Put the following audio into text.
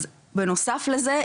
אז בנוסף לזה,